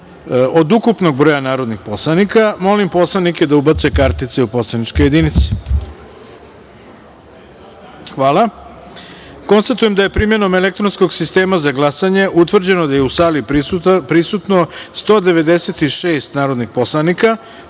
od ukupnog broja narodnih poslanika. Molim poslanike da ubace kartice u poslaničke jedinice. Hvala. Konstatujem da je primenom elektronskog sistema za glasanje utvrđeno da je u sali prisutno 196 narodnih poslanika,